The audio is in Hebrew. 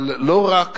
אבל לא רק